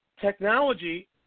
technology